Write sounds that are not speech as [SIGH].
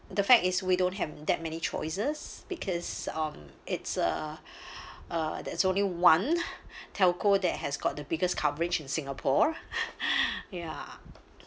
the fact is we don't have that many choices because on it's a uh [BREATH] uh there's only one telco that has got the biggest coverage in singapore [BREATH] ya